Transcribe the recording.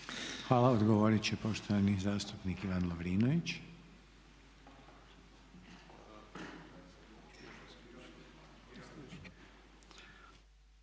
Hvala. Odgovorit će poštovani zastupnik Ivan Lovrinović.